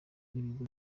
n’ibigo